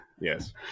Yes